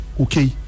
okay